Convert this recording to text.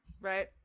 right